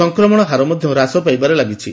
ସଂକ୍ରମଣ ହାର ମଧ୍ଧ ହ୍ରାସ ପାଇବାରେ ଲାଗିଛି